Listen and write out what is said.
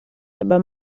dabei